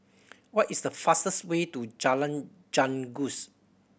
what is the fastest way to Jalan Janggus